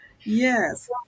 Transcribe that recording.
Yes